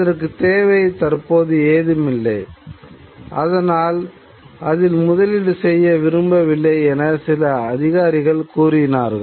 அதற்கு தேவை தற்போது ஏதுமில்லை அதனால் அதில் முதலீடு செய்ய விரும்பவில்லை' என சில அதிகாரிகள் கூறினார்கள்